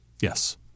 Yes